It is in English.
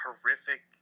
horrific